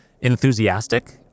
enthusiastic